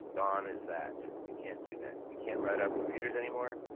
gone is that. you can't do that. you can't write off computers anymore,